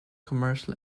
commercial